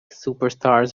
superstars